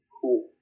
cool